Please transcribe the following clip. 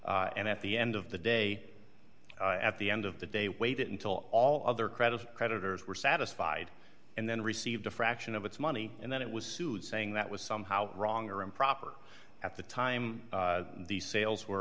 and at the end of the day at the end of the day waited until all other credit creditors were satisfied and then received a fraction of its money and then it was sued saying that was somehow wrong or improper at the time these sales were